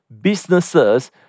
businesses